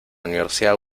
universidad